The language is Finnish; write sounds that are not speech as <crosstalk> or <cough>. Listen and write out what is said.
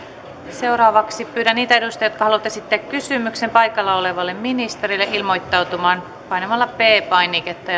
pyydän niitä edustajia jotka haluavat esittää kysymyksen paikalla olevalle ministerille ilmoittautumaan painamalla p painiketta <unintelligible>